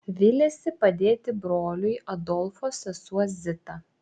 viliasi padėti broliui adolfo sesuo zita